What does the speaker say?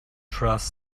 trust